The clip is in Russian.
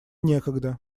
некогда